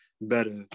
better